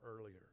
earlier